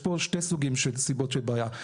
יש פה שני סוגים של סיבות של בעיה.